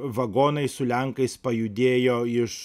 vagonai su lenkais pajudėjo iš